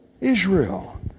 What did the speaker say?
Israel